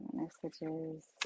messages